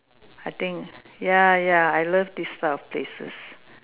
I think ya ya I love these type of places